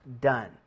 Done